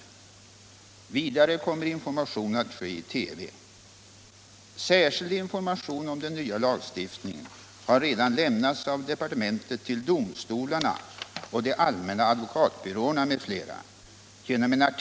Vidare kommer information att ske i TV.